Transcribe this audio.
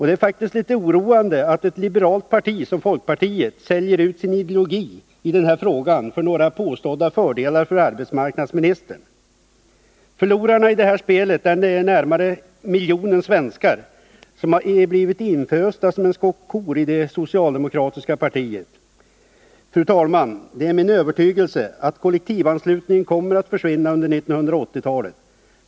Det är faktiskt litet oroande att ett liberalt parti som folkpartiet säljer ut sin ideologi i den här frågan för några påstådda fördelar för arbetsmarknadsministern. Förlorarna i det här spelet är de närmare miljonen svenskar som har blivit infösta som en skock kor i det socialdemokratiska partiet. Fru talman! Det är min övertygelse att kollektivanslutningen kommer att försvinna under 1980-talet.